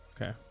Okay